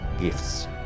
gifts